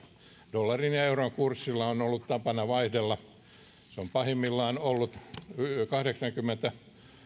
dollarin ja euron kurssilla on ollut tapana vaihdella se on pahimmillaan ollut nolla pilkku kahdeksankymmentä